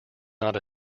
not